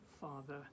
Father